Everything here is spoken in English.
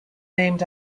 named